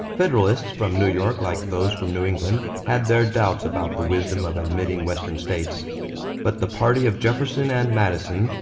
federalists from new york like those from new england had their doubts about the wisdom of admitting western states but the party of jefferson and madison,